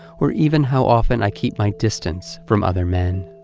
or even how often i keep my distance from other men.